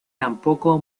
tampoco